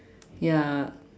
ya